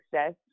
success